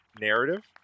narrative